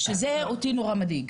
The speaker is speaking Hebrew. זה אותי נורא מדאיג.